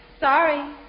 Sorry